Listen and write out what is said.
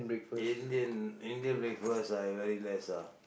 Indian Indian breakfast I very less ah